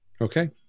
Okay